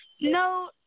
No